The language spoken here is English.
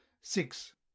six